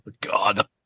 God